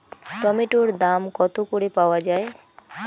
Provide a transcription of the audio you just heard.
টমেটোর দাম কত করে পাওয়া যায়?